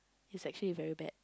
is actually very bad